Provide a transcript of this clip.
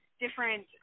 different